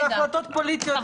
זה הכול החלטות פוליטיות.